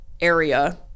area